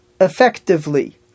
effectively